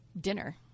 dinner